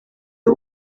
w’u